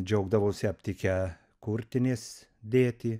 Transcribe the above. džiaugdavosi aptikę kurtinės dėtį